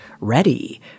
ready